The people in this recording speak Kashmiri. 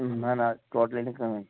نہ نہ ٹوٹلی نہٕ کٔہٕنۍ